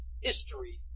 history